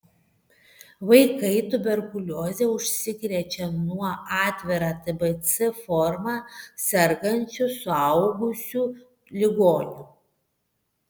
vaikai tuberkulioze užsikrečia nuo atvira tbc forma sergančių suaugusių ligonių